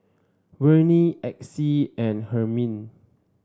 Verne Exie and Hermine